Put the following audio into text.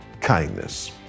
kindness